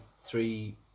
three